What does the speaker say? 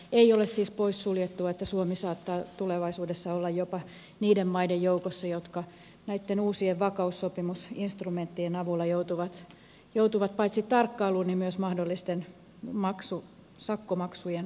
ei ole siis poissuljettua että suomi saattaa tulevaisuudessa olla jopa niiden maiden joukossa jotka näitten uusien vakaussopimusinstrumenttien avulla joutuvat paitsi tarkkailuun myös mahdollisten sakkomaksujen kohteeksi